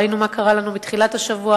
ראינו מה קרה לנו בתחילת השבוע,